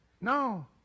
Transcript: no